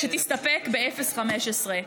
שתסתפק ב-0.15.